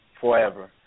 forever